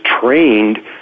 trained